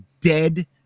dead